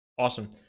Awesome